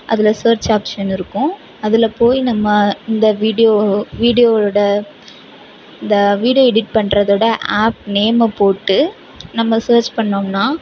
அதில் search option இருக்கும் அதில் போய் நம்ம இந்த வீடியோ வீடியோவோட இந்த வீடியோ எடிட் பண்ணுறதோட ஆப் நேமை போட்டு நம்ம சர்ச் பண்ணிணோம்னா